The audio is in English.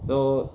so